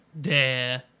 dare